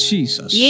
Jesus